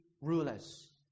rulers